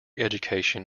education